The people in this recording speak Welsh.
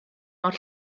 mor